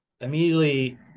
immediately